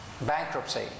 bankruptcy